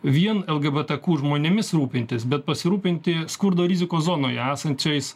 vien lgbtq žmonėmis rūpintis bet pasirūpinti skurdo rizikos zonoje esančiais